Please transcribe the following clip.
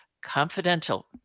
Confidential